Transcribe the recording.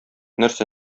нәрсә